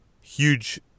huge –